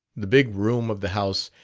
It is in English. the big room of the house,